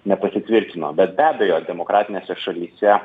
nepasitvirtino bet be abejo demokratinėse šalyse